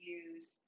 use